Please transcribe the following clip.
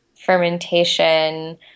fermentation